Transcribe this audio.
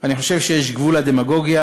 אני חושב שיש גבול לדמגוגיה.